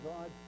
God